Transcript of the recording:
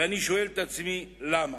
ואני שואל את עצמי: למה?